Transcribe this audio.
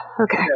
okay